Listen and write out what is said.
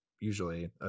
usually